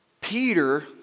Peter